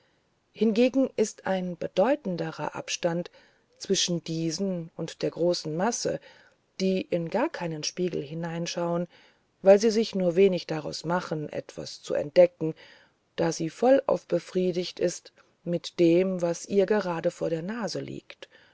hingegen ist ein bedeutender abstand zwischen diesen und der großen masse die in gar keinen spiegel hineinschaut weil sie sich nur wenig daraus macht etwas zu entdecken da sie vollauf befriedigt ist mit dem was ihr gerade vor der nase liegt